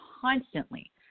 constantly